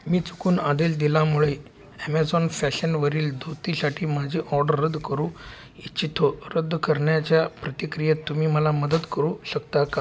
मी चुकून आदेश दिल्यामुळे ॲमेझॉन फॅशनवरील धोतीसाठी माझे ऑडर रद्द करू इच्छितो रद्द करण्याच्या प्रतिक्रियेत तुम्ही मला मदत करू शकता का